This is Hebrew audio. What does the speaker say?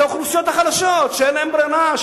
את האוכלוסיות החלשות שאין להן ברירה,